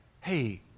hey